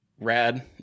Rad